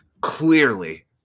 clearly